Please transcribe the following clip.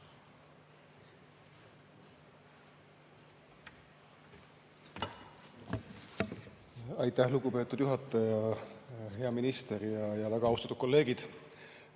Aitäh, lugupeetud juhataja! Hea minister! Väga austatud kolleegid!